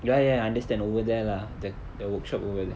ya ya ya I understand over there lah the the workshop over there